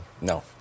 No